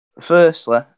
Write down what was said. firstly